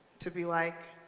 to be like,